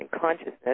consciousness